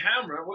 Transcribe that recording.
camera